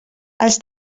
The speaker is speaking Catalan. els